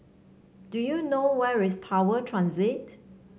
do you know where is Tower Transit